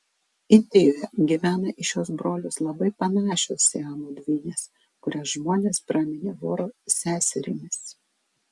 indijoje gyvena į šiuos brolius labai panašios siamo dvynės kurias žmonės praminė voro seserimis